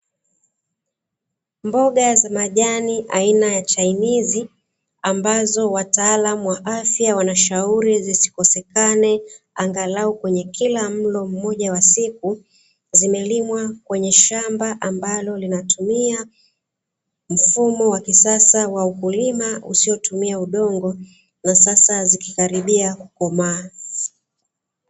Mboga za majani aina ya chainizi, ambazo wataalamu wa afya wanashauri zisikosekane angalau kwenye kila mlo mmoja wa siku, zimelimwa kwenye shamba ambalo linatumia mfumo wa kisasa wa ukulima usiotumia udongo na sasa zikikaribia kukomaa.